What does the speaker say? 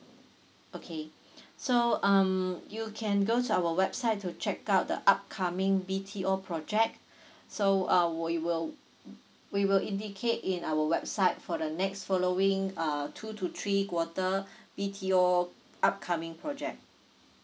okay so um you can go to our website to check out the upcoming B_T_O project so uh we will we will indicate in our website for the next following err two to three quarter B_T_O upcoming project